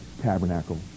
tabernacle